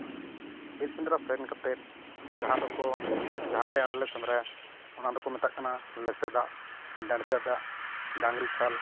ᱵᱤᱨ ᱥᱮᱸᱫᱽᱨᱟ ᱥᱮᱱ ᱠᱟᱛᱮ ᱡᱟᱦᱟᱸ ᱫᱚᱠᱚ ᱡᱟᱦᱟᱸᱨᱮ ᱟᱞᱮ ᱞᱮ ᱥᱮᱸᱫᱽᱨᱟᱭᱟ ᱚᱱᱟ ᱫᱚᱠᱚ ᱢᱮᱛᱟᱜ ᱠᱟᱱᱟ ᱞᱮᱥᱮᱫᱟ ᱰᱟᱹᱲᱠᱟᱹ ᱫᱟᱜ ᱰᱟᱝᱨᱤ ᱠᱷᱟᱞ